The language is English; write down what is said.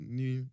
new